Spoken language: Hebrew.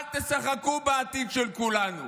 אל תשחקו בעתיד של כולנו.